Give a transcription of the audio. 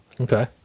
Okay